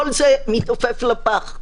כל זה מתעופף לפח.